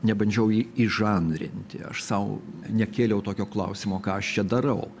nebandžiau jį įžanrinti aš sau nekėliau tokio klausimo ką aš čia darau